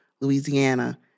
Louisiana